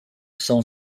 são